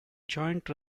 joint